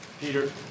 Peter